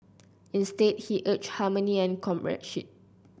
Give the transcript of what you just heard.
instead he urged harmony and comradeship